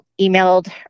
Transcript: emailed